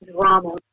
drama